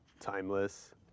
timeless